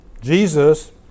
Jesus